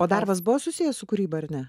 o darbas buvo susijęs su kūryba ar ne